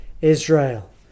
Israel